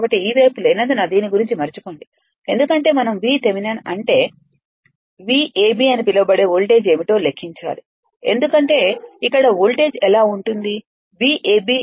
కాబట్టి ఈ వైపు లేనందున దీని గురించి మరచిపోండి ఎందుకంటే మనం V థెవెనిన్ అంటే v a b అని పిలవబడే వోల్టేజ్ ఏమిటో లెక్కించాలి ఎందుకంటే ఇక్కడ వోల్టేజ్ ఎలా ఉంటుంది V a b V Thevenin